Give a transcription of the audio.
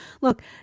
Look